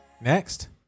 next